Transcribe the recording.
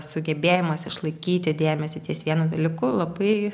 sugebėjimas išlaikyti dėmesį ties vienu dalyku labai